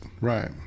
right